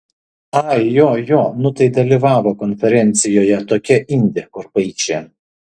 ai jo jo nu tai dalyvavo konferencijoje tokia indė kur paišė